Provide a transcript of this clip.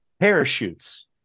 parachutes